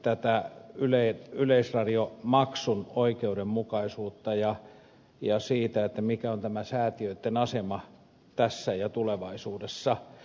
heinonenkin jatkoivat koskien yleisradiomaksun oikeudenmukaisuutta ja sitä mikä on tämä säätiöitten asema tässä ja tulevaisuudessa